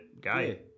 guy